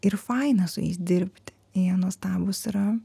ir faina su jais dirbti jie nuostabūs yra